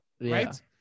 right